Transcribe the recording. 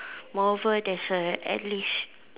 moreover there's a at least